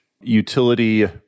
utility